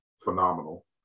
phenomenal